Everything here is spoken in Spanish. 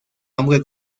hombre